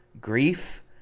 grief